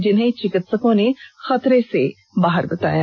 जिन्हें चिकित्सकों ने खतरे से बाहर बताया है